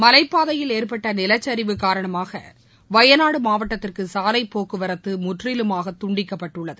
மலைப் பாதையில் ஏற்பட்ட நிலச்சரிவு காரணமாக வயநாடு மாவட்டத்திற்கு சாலைப் போக்குவரத்து முற்றிலுமாக துண்டிக்கப்பட்டுள்ளது